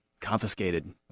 confiscated